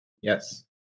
Yes